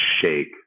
shake